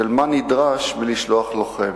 של מה נדרש כדי לשלוח לוחם.